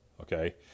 okay